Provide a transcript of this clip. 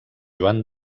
joan